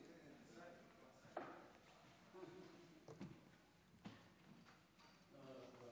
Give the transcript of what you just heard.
שלוש